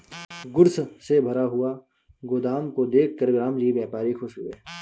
goods से भरा हुआ गोदाम को देखकर रामजी व्यापारी खुश हुए